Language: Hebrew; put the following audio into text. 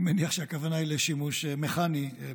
אני מניח שהכוונה היא לשימוש מכני פסול.